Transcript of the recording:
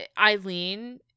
Eileen